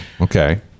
Okay